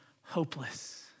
hopeless